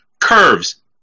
Curves